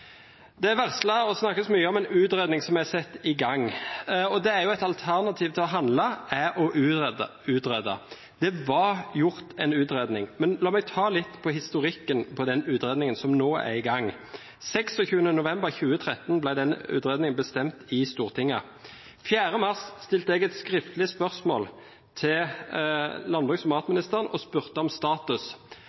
Det er varslet og snakkes mye om en utredning som er satt i gang, og et alternativ til å handle er å utrede. Det var gjort en utredning, men la meg ta litt av historikken til den utredningen som nå er i gang. Den 26. november 2013 ble den utredningen bestemt i Stortinget. Den 4. mars stilte jeg et skriftlig spørsmål til landbruks- og matministeren og spurte om status.